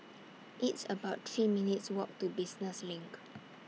It's about three minutes' Walk to Business LINK